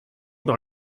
dans